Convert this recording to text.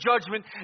judgment